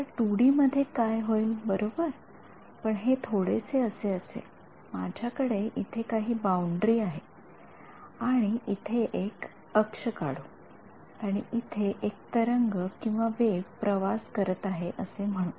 तर two २ D मध्ये काय होईल बरोबर परत हे थोडेसे असे असेल माझ्याकडे इथे काही बाउंडरी आहे अँड इथे एक अक्ष काढू आणि इथे एक तरंगवेव्ह प्रवास करत आहे असे म्हणू